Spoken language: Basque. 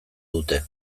dute